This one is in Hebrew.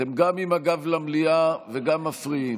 אתם גם עם הגב למליאה וגם מפריעים.